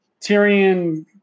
Tyrion